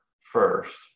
first